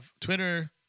Twitter